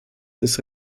des